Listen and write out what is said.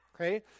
Okay